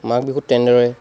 মা ঘবিহুত তেনেদৰে